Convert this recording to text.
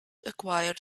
acquire